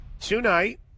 Tonight